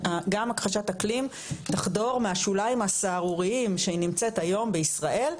שגם הכחשת אקלים תחדור מהשוליים הסהרוריים שהיא נמצאת היום בישראל,